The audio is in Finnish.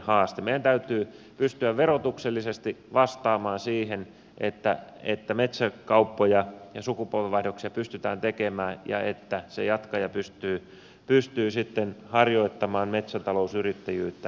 meidän täytyy pystyä verotuksellisesti vastaamaan siihen että metsäkauppoja ja sukupolvenvaihdoksia pystytään tekemään ja että se jatkaja pystyy sitten harjoittamaan metsätalousyrittäjyyttä päätoimisesti